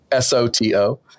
SOTO